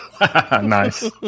Nice